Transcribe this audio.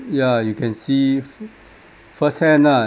ya you can see f~ firsthand ah